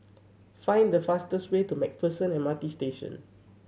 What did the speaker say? find the fastest way to Macpherson M R T Station